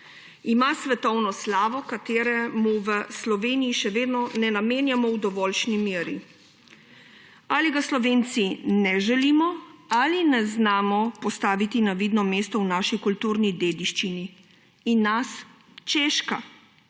Ima svetovno slavo, katere mu v Sloveniji še vedno ne namenjamo v dovoljšni meri. Ali ga Slovenci ne želimo ali ne znamo postaviti na vidno mesto v naši kulturni dediščini in nas Češka,